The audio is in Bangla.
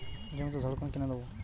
জমিতে ধড়কন কেন দেবো?